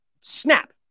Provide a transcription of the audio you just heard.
snap